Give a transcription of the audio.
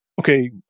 okay